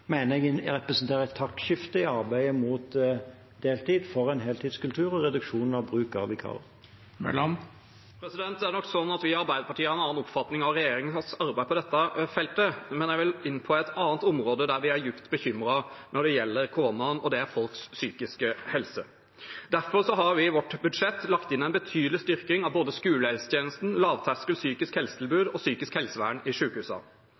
jeg representerer et taktskifte i arbeidet mot deltid, for en heltidskultur og for reduksjon i bruk av vikarer. Det er nok sånn at vi i Arbeiderpartiet har en annen oppfatning av regjeringens arbeid på dette feltet. Jeg vil inn på et annet område der vi er dypt bekymret når det gjelder koronaen, og det er folks psykiske helse. Vi har i vårt budsjett lagt inn en betydelig styrking av både skolehelsetjenesten, lavterskel psykisk helse-tilbud og psykisk helsevern i